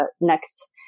next